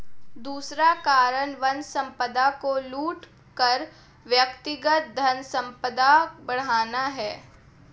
दूसरा कारण वन संपदा को लूट कर व्यक्तिगत धनसंपदा बढ़ाना है